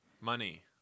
money